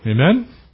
Amen